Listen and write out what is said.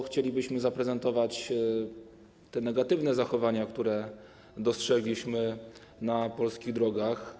Chcielibyśmy zaprezentować negatywne zachowania, które dostrzegliśmy na polskich drogach.